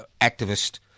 activist